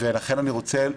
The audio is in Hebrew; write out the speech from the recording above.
לכן אני רוצה לבקש,